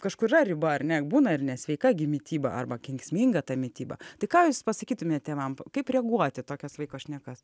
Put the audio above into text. kažkur yra riba ar ne būna ir nesveika gi mityba arba kenksminga ta mityba tai ką jūs pasakytumėt tėvam kaip reaguot į tokias vaiko šnekas